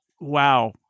wow